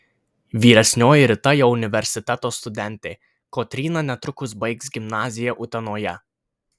vyresnioji rita jau universiteto studentė kotryna netrukus baigs gimnaziją utenoje